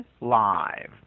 live